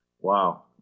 Wow